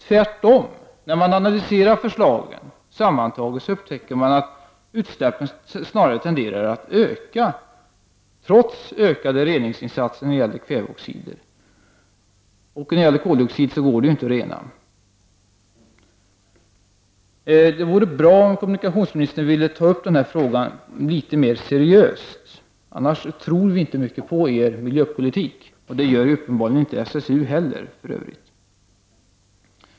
Tvärtom — när man analyserar de sammantagna förslagen upptäcker man att utsläppen snarare tenderar att öka, trots ökade reningsinsatser när det gäller kväveoxider. Koldioxider går inte att rena. Det vore bra om kommunikationsministern ville ta upp denna fråga litet mer seriöst, annars tror vi inte mycket på er miljöpolitik. Det gör uppenbarligen inte SSU heller, för övrigt.